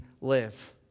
live